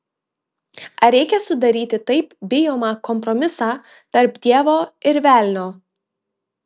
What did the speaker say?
ar reikia sudaryti taip bijomą kompromisą tarp dievo ir velnio